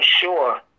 sure